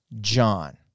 John